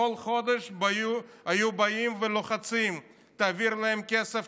כל חודש היו באים ולוחצים: תעביר להם כסף,